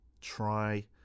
try